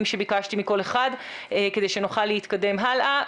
שביקשתי מכל אחד כדי שנוכל להתקדם הלאה.